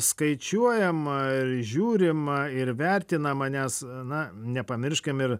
skaičiuojama ir žiūrima ir vertinama ne na nepamirškim ir